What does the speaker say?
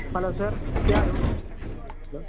hello sir ಯಾರು